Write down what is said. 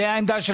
הבנתי את